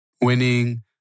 winning